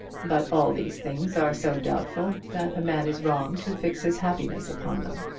but all these things are so doubtful that a man is wrong to fix his happiness upon them.